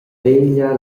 veglia